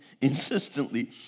insistently